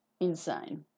Insane